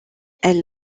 elle